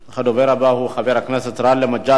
הדובר הבא הוא חבר הכנסת גאלב מג'אדלה.